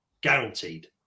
guaranteed